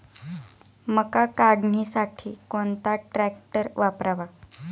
मका काढणीसाठी कोणता ट्रॅक्टर वापरावा?